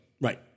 Right